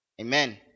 Amen